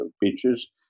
beaches